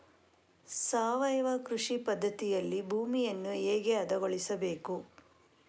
ಸಾವಯವ ಕೃಷಿ ಪದ್ಧತಿಯಲ್ಲಿ ಭೂಮಿಯನ್ನು ಹೇಗೆ ಹದಗೊಳಿಸಬೇಕು?